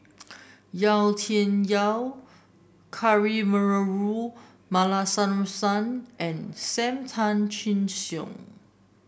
Yau Tian Yau Kavignareru Amallathasan and Sam Tan Chin Siong